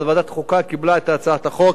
אבל ועדת החוקה קיבלה את הצעת החוק,